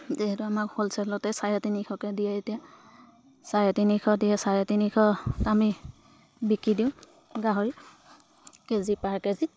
যিহেতু আমাক হ'লচেলতে চাৰে তিনিশকৈ দিয়ে এতিয়া চাৰে তিনিশ দিয়ে চাৰে তিনিশত আমি বিকি দিওঁ গাহৰি কেজি পাৰ কেজিত